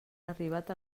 arribat